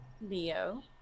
Leo